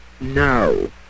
No